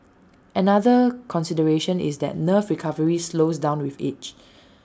another consideration is that nerve recovery slows down with age